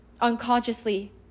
unconsciously